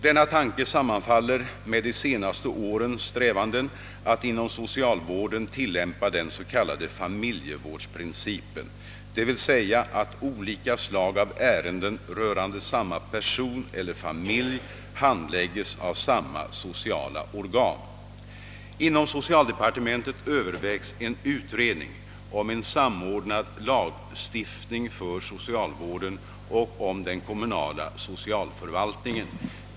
Denna tanke sammanfaller med de senaste årens strävanden att inom socialvården tillämpa den s.k. familjevårdsprincipen, d.v.s. att olika slag av ärenden rörande samma person eller familj handläggs av samma sociala organ. Inom socialdepartementet övervägs en utredning om en samordnad lagstiftning för socialvården och om den kommunala socialförvaltningen.